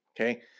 okay